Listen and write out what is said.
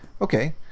Okay